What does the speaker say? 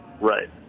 Right